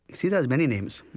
sita has many names,